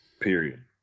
Period